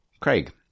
Craig